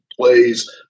plays